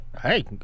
Hey